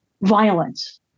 violence